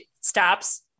stops